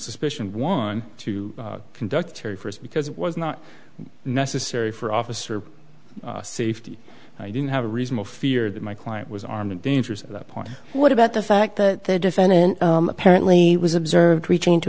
suspicion want to conduct terry first because it was not necessary for officer safety i didn't have a reasonable fear that my client was armed and dangerous at that point what about the fact that the defendant apparently was observed reaching into